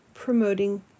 promoting